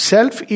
Self